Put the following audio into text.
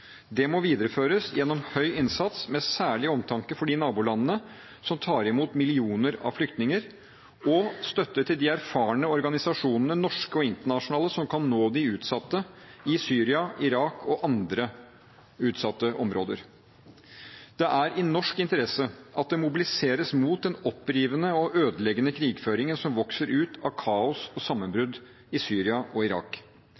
Det må videreføres gjennom høy innsats med særlig omtanke for de nabolandene som tar imot millioner av flyktninger, og støtte til de erfarne organisasjonene, norske og internasjonale, som kan nå de utsatte i Syria, Irak og andre utsatte områder. Det er i norsk interesse at det mobiliseres mot den opprivende og ødeleggende krigføringen som vokser ut av kaos og sammenbrudd i Syria og Irak.